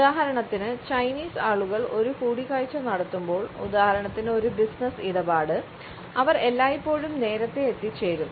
ഉദാഹരണത്തിന് ചൈനീസ് ആളുകൾ ഒരു കൂടിക്കാഴ്ച നടത്തുമ്പോൾ ഉദാഹരണത്തിന് ഒരു ബിസിനസ്സ് ഇടപാട് അവർ എല്ലായ്പ്പോഴും നേരത്തെ എത്തിച്ചേരും